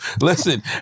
Listen